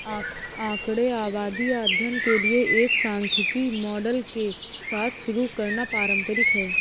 आंकड़े आबादी या अध्ययन के लिए एक सांख्यिकी मॉडल के साथ शुरू करना पारंपरिक है